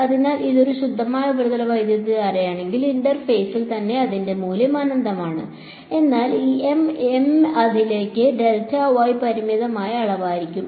അതിനാൽ ഇത് ഒരു ശുദ്ധമായ ഉപരിതല വൈദ്യുതധാരയാണെങ്കിൽ ഇന്റർഫേസിൽ തന്നെ അതിന്റെ മൂല്യം അനന്തമാണ് എന്നാൽ ഈ M അതിലേക്ക് പരിമിതമായ അളവായിരിക്കും